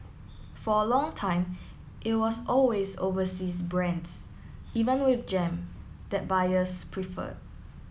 for a long time it was always overseas brands even with jam that buyers preferred